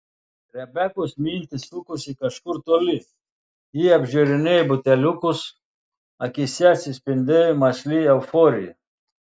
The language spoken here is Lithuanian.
rebekos mintys sukosi kažkur toli ji apžiūrinėjo buteliukus akyse atsispindėjo mąsli euforija